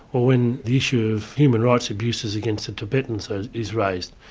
or when the issue of human rights abuses against the tibetans is raised.